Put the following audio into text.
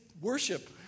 worship